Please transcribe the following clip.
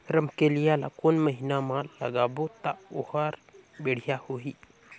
रमकेलिया ला कोन महीना मा लगाबो ता ओहार बेडिया होही?